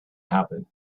happen